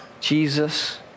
Jesus